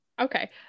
okay